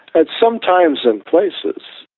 at some times and places,